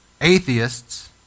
Atheists